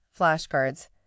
flashcards